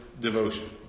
devotion